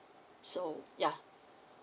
so ya